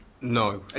No